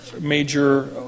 major